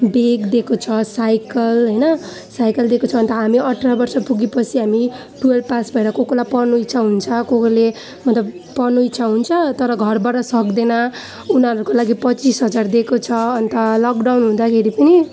bag दिएको छ cycle होइन साइकल दिएको छ अन्त हामी अठार वर्ष पुगेपछि अनि हामी टुवेल्भ पास भएर ककोलाई पढ्नु इच्छा हुन्छ को कोले मतलब पढ्नु इच्छा हुन्छ तर घरबाट सक्दैन उनीहरूको लागि पच्चिस हजार दिएको छ अन्त लकडाउन हुँदाखेरि पनि